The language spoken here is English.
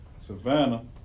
Savannah